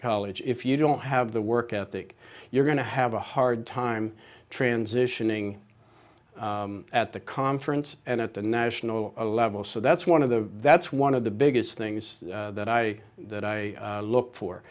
college if you don't have the work ethic you're going to have a hard time transitioning at the conference and at the national level so that's one of the that's one of the biggest things that i that i look for